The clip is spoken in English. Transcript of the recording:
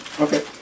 Okay